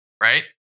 Right